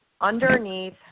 underneath